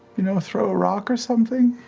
you know, throw a rock or something?